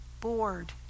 bored